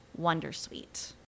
wondersuite